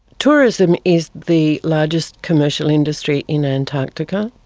tourism is the largest commercial industry in ah antarctica,